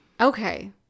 Okay